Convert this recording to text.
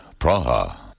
Praha